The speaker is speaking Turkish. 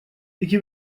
iki